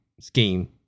scheme